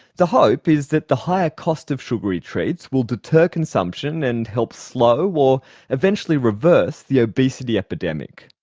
the hope is that the higher cost of sugary treats will deter consumption and help slow or eventually reverse the obesity epidemic.